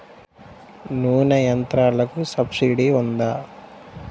నూనె యంత్రాలకు సబ్సిడీ ఉందా?